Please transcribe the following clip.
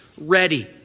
ready